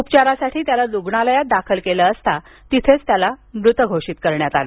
उपचारासाठी त्याला रुग्णालयात दाखल केलं असता तिथे त्याला मृत घोषित करण्यात आलं